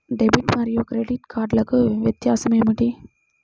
Debit మరియు credit కార్డ్లకు వ్యత్యాసమేమిటీ?